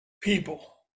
people